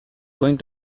going